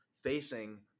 facing